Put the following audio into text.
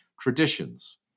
traditions